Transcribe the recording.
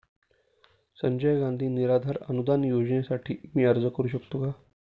संजय गांधी निराधार अनुदान योजनेसाठी मी अर्ज करू शकतो का?